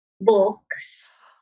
books